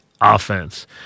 offense